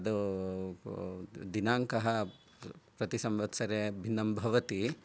तद् दिनाङ्कः प्रति संवत्सरे भिन्नं भवति